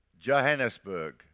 Johannesburg